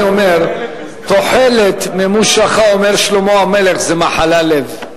אני אומר "תוחלת ממושכה" אומר שלמה המלך זה "מחלה לב".